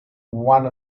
one